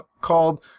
called